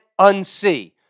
unsee